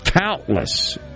countless